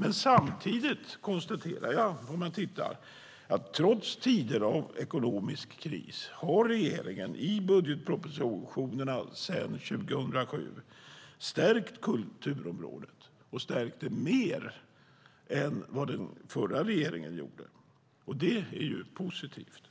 Men samtidigt konstaterar jag att trots tider av ekonomisk kris har regeringen i budgetpropositionerna sedan 2007 stärkt kulturområdet och stärkt det mer än vad den förra regeringen gjorde. Det är positivt.